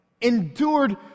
Endured